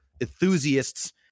enthusiasts